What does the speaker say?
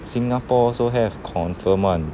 singapore also have confirm [one]